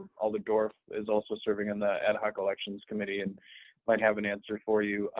elder dorff is also serving in that ad hoc elections committee and might have an answer for you,